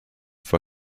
for